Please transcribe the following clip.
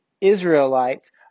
Israelites